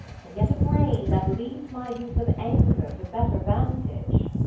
but yet a brain that leads my use of anger to better vantage.